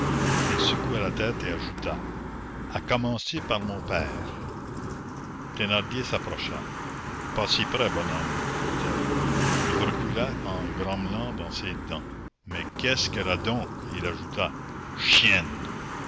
et au ventriloque elle secoua la tête et ajouta à commencer par mon père thénardier s'approcha pas si près bonhomme dit-elle il recula en grommelant dans ses dents mais qu'est-ce qu'elle a donc et il ajouta chienne